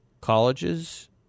colleges